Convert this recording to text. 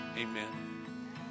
amen